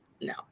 no